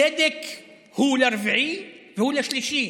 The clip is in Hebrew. צדק הוא לרביעי והוא לשלישי.